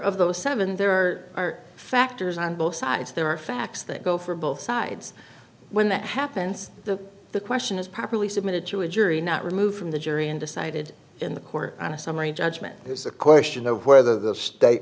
of those seven there are factors on both sides there are facts that go for both sides when that happens the question is properly submitted to a jury not removed from the jury and decided in the court on a summary judgment there's a question of whether the state